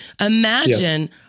Imagine